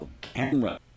camera